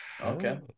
Okay